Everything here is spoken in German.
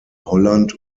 holland